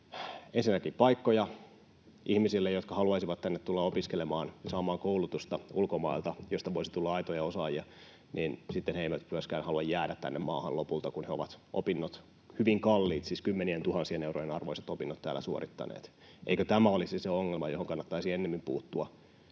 ensinnäkin paikkoja ihmisille ulkomailta, jotka haluaisivat tänne tulla opiskelemaan ja saamaan koulutusta ja joista voisi tulla aitoja osaajia, niin sitten he eivät myöskään halua jäädä tänne maahan lopulta, kun he ovat opinnot — hyvin kalliit, siis kymmenientuhansien eurojen arvoiset opinnot — täällä suorittaneet. Eikö tämä olisi se ongelma, johon kannattaisi ennemmin puuttua,